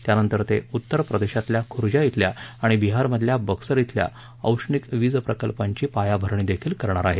त्यानंतर ते उत्तरप्रदेशातल्या खुर्जा खेल्या आणि बिहारमधल्या बक्सर खेल्या औष्णिक वीज प्रकल्पांची पायाभरणीही करणार आहेत